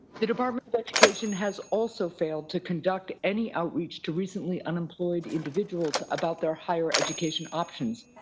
the department of education has also failed to conduct any outreach to recently unemployed individuals about their higher education options,